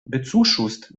bezuschusst